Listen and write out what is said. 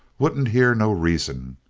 wouldn't hear no reason.